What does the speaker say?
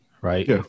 right